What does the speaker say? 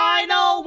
Final